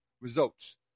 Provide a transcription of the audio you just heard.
results